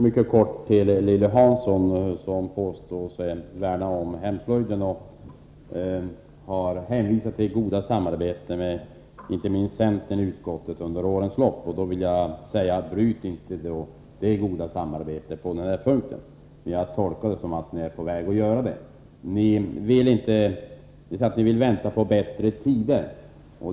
Fru talman! Lilly Hansson påstår sig värna om hemslöjden och hänvisar till det goda samarbetet med inte minst centern i utskottet under årens lopp. Men bryt då inte det goda samarbetet på den här punkten; jag tolkar er linje som att ni är på väg att göra det. Ni vill vänta på bättre tider, säger Lilly Hansson.